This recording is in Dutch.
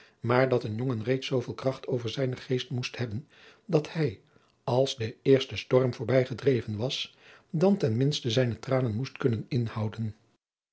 maar dat een jongen reeds zooveel kracht over zijnen geest moest hebben dat hij als de eerste storm voorbij gedreven was dan ten minste zijne tranen moest kunnen inhouden